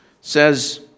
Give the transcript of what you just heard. says